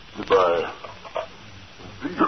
Goodbye